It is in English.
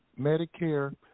Medicare